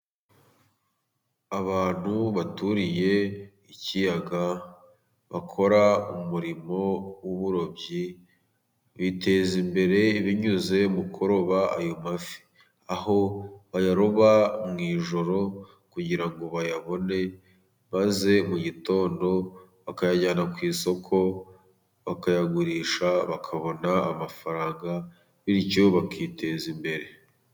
Abantu baturiye ikiyaga bakora umurimo w'uburobyi biteza imbere binyuze mu kuroba ayo mafi. Aho bayaroba mu ijoro kugira ngo bayabone baze mu gitondo bakayajyana ku isoko; bakayagurisha bakabona amafaranga bityo bakiteza imbere.